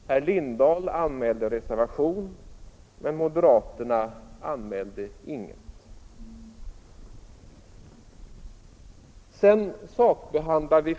Herr Lindahl anmälde reservation men moderaterna anmälde ingenting.